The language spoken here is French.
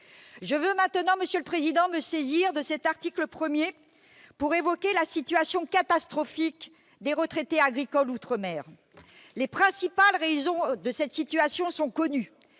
Je veux maintenant profiter de l'examen de l'article 1 du présent texte pour évoquer la situation catastrophique des retraités agricoles outre-mer. Les principales raisons de cette situation sont connues